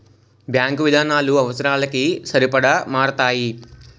bank విధానాలు అవసరాలకి సరిపడా మారతాయి